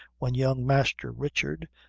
when young master richard,